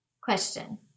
Question